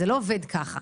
זה לא עובד ככה.